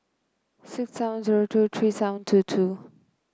six seven zero two three seven two two